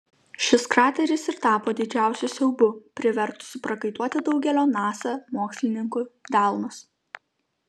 šis krateris ir tapo didžiausiu siaubu privertusiu prakaituoti daugelio nasa mokslininkų delnus